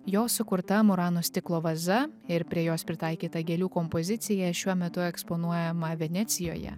jo sukurta murano stiklo vaza ir prie jos pritaikyta gėlių kompozicija šiuo metu eksponuojama venecijoje